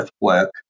work